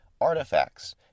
artifacts